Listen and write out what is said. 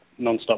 Nonstop